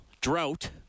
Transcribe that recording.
drought